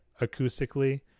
acoustically